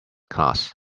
class